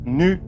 nu